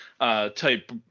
type